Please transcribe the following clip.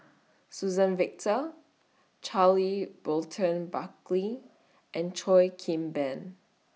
Suzann Victor Charles Burton Buckley and Cheo Kim Ban